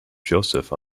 joseph